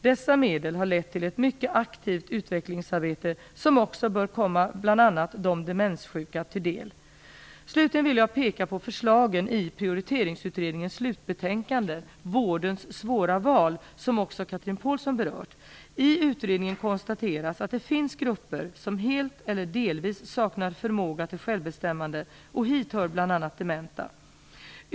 Dessa medel har lett till ett mycket aktivt utvecklingsarbete som också bör komma bl.a. de demenssjuka till del. Slutligen vill jag peka på förslagen i Prioriteringsutredningens slutbetänkande Vårdens svåra val som också Chatrine Pålsson berört. I utredningen konstateras att det finns grupper som helt eller delvis saknar förmåga till självbestämmande och hit hör bl.a. dementa.